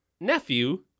nephew